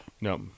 No